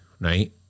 Right